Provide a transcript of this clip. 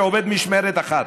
שעובד משמרת אחת.